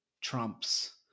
Trump's